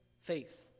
faith